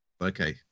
okay